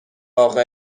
اقا